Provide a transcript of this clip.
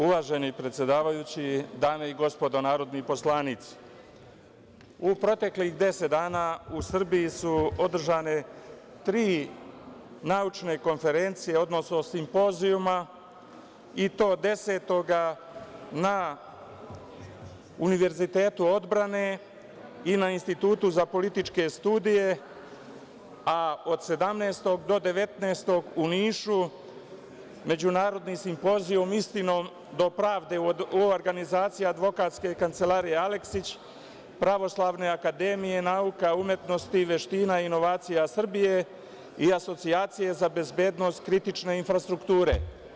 Uvaženi predsedavajući, dame i gospodo narodni poslanici, u proteklih deset dana u Srbiji su održane tri naučne konferencije, odnosno simpozijuma, i to 10. na Univerzitetu odbrane i na Institutu za političke studije, a od 17. do 19. u Nišu međunarodni simpozijum „Istinom do pravde“ u organizaciji Advokatske kancelarije „Aleksić“, Pravoslavne akademije nauka, umetnosti, veština i inovacija Srbije i Asocijacije za bezbednost kritične infrastrukture.